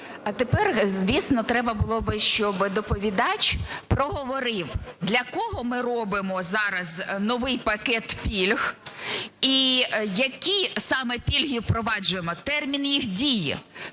А тепер, звісно, треба було б, щоб доповідач проговорив, для кого ми робимо зараз новий пакет пільг і які саме пільги впроваджуємо, термін їх дії.